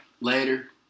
later